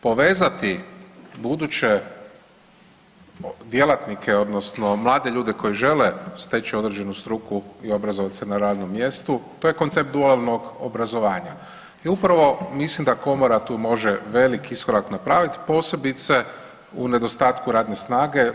Povezati buduće djelatnike odnosno mlade ljude koji žele steći određenu struku i obrazovat se na radnom mjestu to je koncept dualnog obrazovanja i upravo mislim da komora tu može veliki iskorak napravit posebice u nedostatku radne snage.